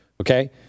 okay